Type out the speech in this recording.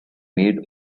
made